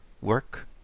work